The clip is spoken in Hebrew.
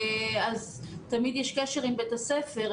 אז תמיד יש קשר עם בית הספר.